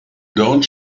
don’t